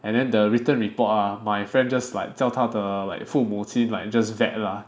and then the written report ah my friend just like 叫他的 like 父母亲 like just vet lah